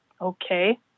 okay